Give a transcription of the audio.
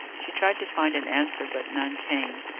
she tried to find an answer, but none came.